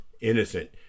innocent